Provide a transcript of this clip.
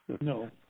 No